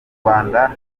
rwanda